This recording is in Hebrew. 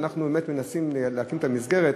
ואנחנו מנסים להקים את המסגרת.